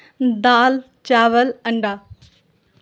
دال چاول انڈا